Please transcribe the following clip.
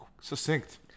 succinct